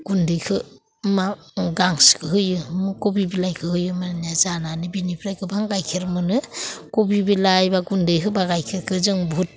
गुन्दैखो मा गांसोखो होयो खबि बिलाइखो होयो जानानै बिनिफ्राय गोबां गाइखेर मोनो खबि बिलाइ बा गुन्दै होब्ला गाइखेरखो जों बुहुद